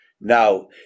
Now